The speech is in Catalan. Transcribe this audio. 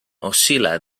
oscil·la